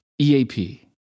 EAP